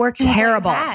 terrible